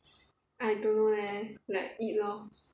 I don't know leh like eat lor